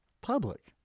Public